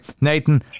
Nathan